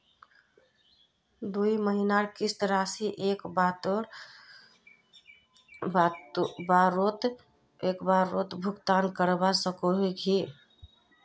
दुई महीनार किस्त राशि एक बारोत भुगतान करवा सकोहो ही?